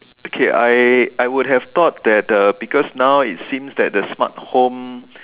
okay I I would have thought that the because now it seems that the smart home